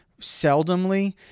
seldomly